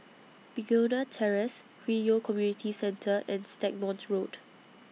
Begonia Terrace Hwi Yoh Community Centre and Stagmont Road